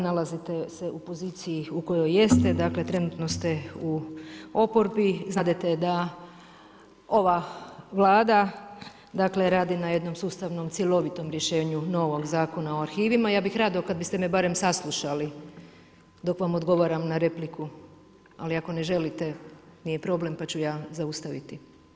Nalazite se u poziciji u kojoj jeste, trenutno ste u oporbi, znadete da ova Vlada radi na jednom sustavnom cjelovitom rješenju novog Zakona o arhivima i ja bi rado, kada biste me bare saslušali, dok vam odgovaram na repliku, ali ako ne želite, nije problem, pa ću ja zaustaviti.